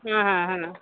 ହଁ ହଁ ହେଲା